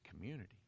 community